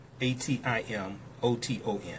A-T-I-M-O-T-O-N